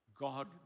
God